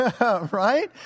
Right